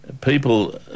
People